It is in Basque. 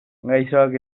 gaixoak